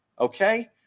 okay